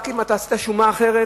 רק אם אתה עשית שומה אחרת?